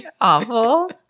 Awful